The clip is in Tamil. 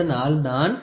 அதனால் நான் 29